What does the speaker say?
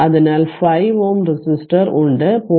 അതിനാൽ 5 Ω റെസിസ്റ്റർ ഉണ്ട് 0